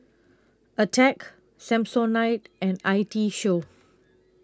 Attack Samsonite and I T Show